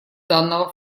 данного